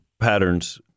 patterns